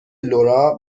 لورا